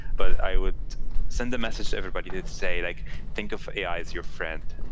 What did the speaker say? but i would send the message to everybody to say, like think of ai as your friend,